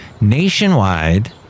Nationwide